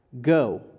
go